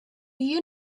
you